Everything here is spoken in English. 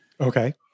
Okay